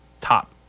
top